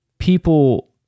People